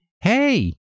hey